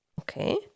Okay